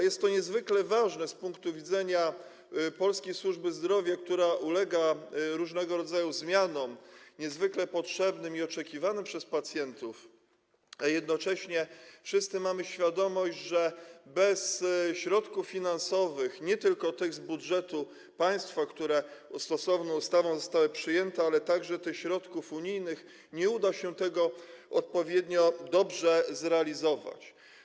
Jest to niezwykle ważne z punktu widzenia polskiej służby zdrowia, która podlega różnego rodzaju zmianom, niezwykle potrzebnym i oczekiwanym przez pacjentów, a jednocześnie wszyscy mamy świadomość, że bez środków finansowych, nie tylko tych z budżetu państwa, które stosowną ustawą zostały przyjęte, ale także tych środków unijnych, nie uda się tego odpowiednio dobrze zrealizować.